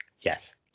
Yes